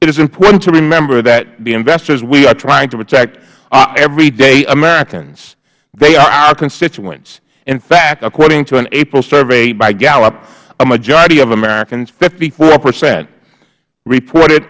it is important to remember that the investors we are trying to protect are everyday americans they are our constituents in fact according to an april survey by gallup a majority of americans hpercent reported